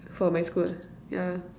for my school yeah